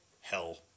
hell